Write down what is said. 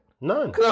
None